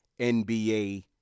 NBA